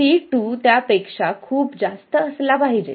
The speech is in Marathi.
तर C2 त्यापेक्षा खूप जास्त असला पाहिजे